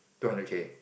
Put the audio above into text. two hundred K